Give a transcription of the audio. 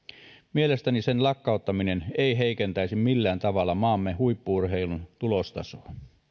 mielestäni sen lakkauttaminen ei heikentäisi millään tavalla maamme huippu urheilun tulostasoa